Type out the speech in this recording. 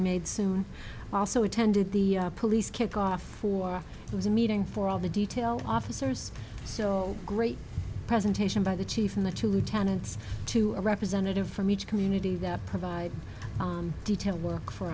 made soon also attended the police kickoff for it was a meeting for all the detail officers so great presentation by the chief and the two lieutenants to a representative from each community that provide detail work for